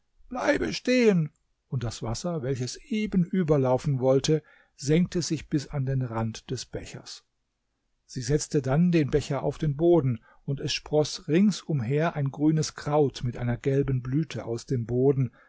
bleibe stehen und das wasser welches eben überlaufen wollte senkte sich bis an den rand des bechers sie setzte dann den becher auf den boden und es sproßt ringsumher ein grünes kraut mit einer gelben blüte aus dem boden